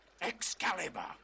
Excalibur